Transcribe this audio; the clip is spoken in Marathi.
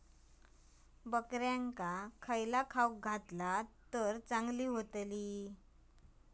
बकऱ्यांका खयला खाणा घातला तर चांगल्यो व्हतील?